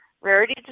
Rarity